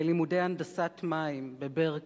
ללימודי הנדסת מים בברקלי.